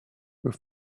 with